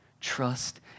Trust